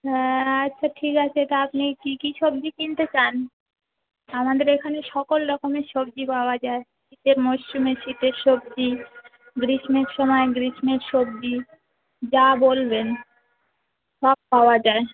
হ্যাঁ আচ্ছা ঠিক আছে তো আপনি কি কি সবজি কিনতে চান আমাদের এখানে সকল রকমের সবজি পাওয়া যায় শীতের মরশুমে শীতের সবজি গ্রীষ্মের সময় গ্রীষ্মের সবজি যা বলবেন সব পাওয়া যায়